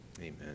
Amen